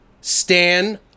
Stan